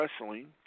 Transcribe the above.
wrestling